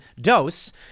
dose